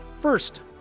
First